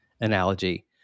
analogy